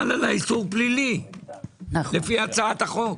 חל עליי איסור פלילי, לפי הצעת החוק.